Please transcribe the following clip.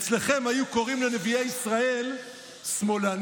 אצלכם היו קוראים לנביאי ישראל "שמאלנים",